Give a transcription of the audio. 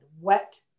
wet